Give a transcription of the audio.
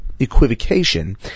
equivocation